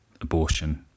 abortion